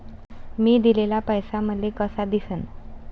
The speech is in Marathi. मी दिलेला पैसा मले कसा दिसन?